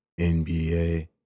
NBA